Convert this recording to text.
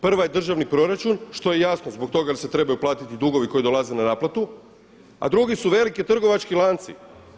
Prva je državni proračun što je jasno zbog toga jer se trebaju platiti dugovi koji dolaze na naplatu, a drugi su veliki trgovački lanci.